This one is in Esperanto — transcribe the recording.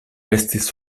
estis